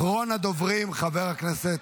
אחרון הדוברים, חבר הכנסת